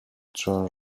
drzewem